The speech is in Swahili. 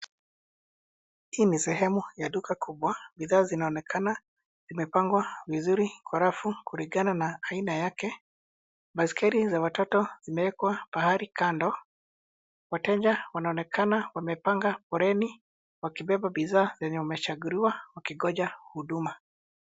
Hii ni sehemu ya duka kubwa, bidhaa zinaonekana zimepangwa vizuri kwa rafu kulingana na aina yake. Baisikeli za watoto zimewekwa pahali kando wateja wanaonekana wamepanga foleni wakibeba bidhaa zenye wamechanguliwa wakingoja huduma.